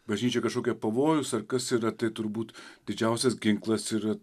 bažnyčia kažkokia pavojus ar kas yra tai turbūt didžiausias ginklas yra